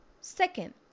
second